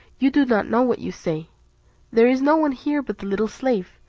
you do not know what you say there is no one here, but the little slave,